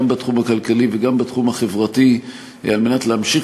גם בתחום הכלכלי וגם בתחום החברתי על מנת להמשיך